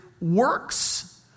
works